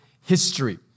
history